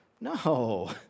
No